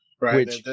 Right